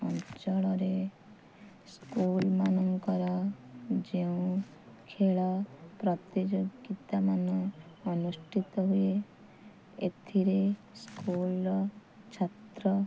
ଅଞ୍ଚଳରେ ସ୍କୁଲ୍ ମାନଙ୍କର ଯେଉଁ ଖେଳ ପ୍ରତିଯୋଗିତା ମାନ ଅନୁଷ୍ଠିତ ହୁଏ ଏଥିରେ ସ୍କୁଲ୍ର ଛାତ୍ର